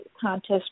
contest